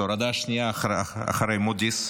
זו הורדה שנייה אחרי מודי'ס,